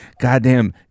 goddamn